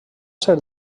ser